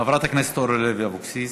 חברת הכנסת אורלי לוי אבקסיס.